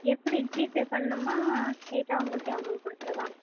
எப்படி ஜிபே பண்ணணுமா ஸ்ட்ரைட்டாக உங்கள்ட்டே அமௌண்ட் கொடுத்துரவா